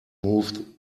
move